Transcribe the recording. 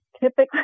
typically